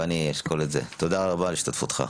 תודה רבה על השתתפותך.